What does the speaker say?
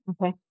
Okay